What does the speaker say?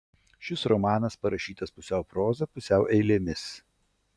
šis romanas parašytas pusiau proza pusiau eilėmis